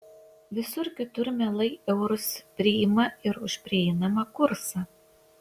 visur kitur mielai eurus priima ir už prieinamą kursą